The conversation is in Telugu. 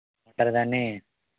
వంటరిగానే